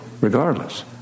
regardless